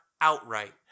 outright